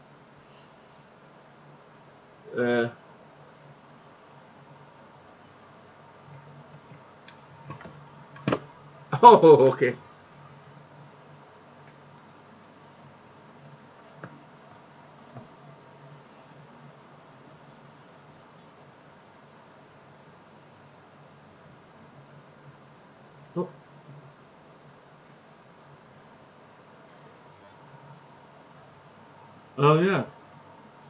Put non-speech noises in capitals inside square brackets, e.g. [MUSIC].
err [ooh] [LAUGHS] okay nope uh ya